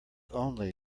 only